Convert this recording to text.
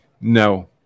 No